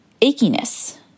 achiness